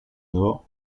nord